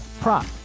prop